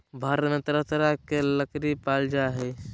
भारत में तरह तरह के लकरी पाल जा हइ